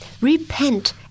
Repent